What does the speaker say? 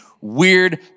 weird